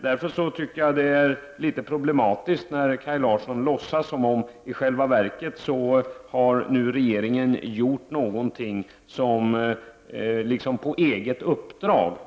Därför tycker jag att det är litet problematiskt när Kaj Larsson låtsas som om regeringen nu har gjort någonting på eget uppdrag.